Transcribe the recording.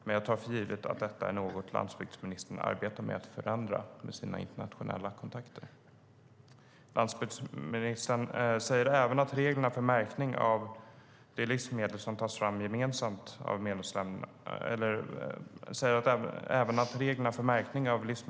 Men jag tar för givet att detta är något som landsbygdsministern arbetar med att förändra vid sina internationella kontakter. Landsbygdsministern säger även att reglerna för märkning av livsmedel tas fram gemensamt av medlemsländerna.